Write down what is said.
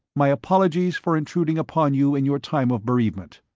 my apologies for intruding upon you in your time of bereavement.